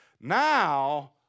now